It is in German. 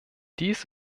dies